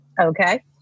Okay